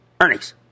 earnings